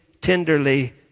tenderly